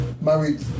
married